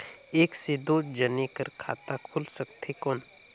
एक से दो जने कर खाता खुल सकथे कौन?